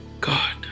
God